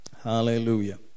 Hallelujah